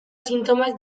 sintomak